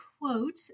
quote